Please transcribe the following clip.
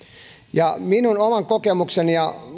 minun oman kokemukseni ja